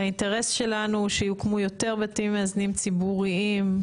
האינטרס שלנו הוא שיוקמו יותר בתים מאזנים ציבוריים,